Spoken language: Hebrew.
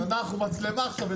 אנחנו במצלמה עכשיו,